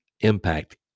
impact